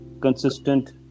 consistent